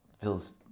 feels